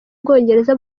bwongereza